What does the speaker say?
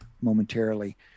momentarily